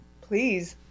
please